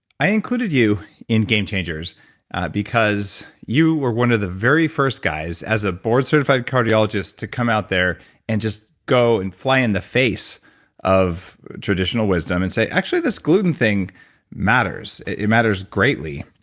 i included you in game changers because, you were one of the very first guys, as a board-certified cardiologist to come out there and just go and fly in the face of traditional wisdom, and say, actually this gluten thing matters, it matters greatly.